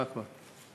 מה, כבר?